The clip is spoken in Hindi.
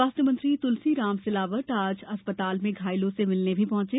स्वास्थ्य मंत्री तुलसीराम सिलावट आज अस्पताल में घायलों से मिलने भी पहुंचे